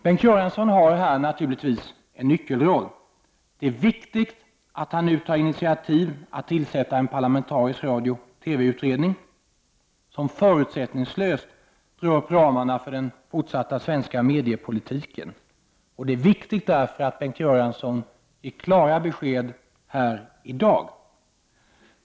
Bengt Göransson har naturligtvis här en nyckelroll. Det är viktigt att han nu tar initiativ och tillsätter en parlamentarisk radio-TV-utredning, som förutsättningslöst drar upp ramarna för den fortsatta svenska mediepolitiken. Det är därför viktigt att Bengt Göransson ger klara besked här i dag.